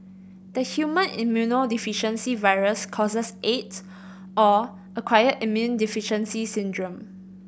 the human immunodeficiency virus causes Aids or acquired immune deficiency syndrome